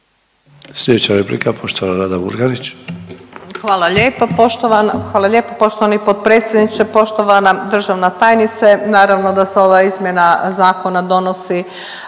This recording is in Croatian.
Hvala lijepo poštovana, hvala lijepo poštovani potpredsjedniče. Poštovana državna tajnice, naravno da se ova izmjena zakona donosi